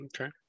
Okay